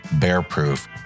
bear-proof